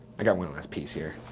i got one last piece here.